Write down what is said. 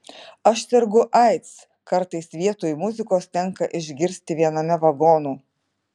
aš sergu aids kartais vietoj muzikos tenka išgirsti viename vagonų